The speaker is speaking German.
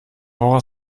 woche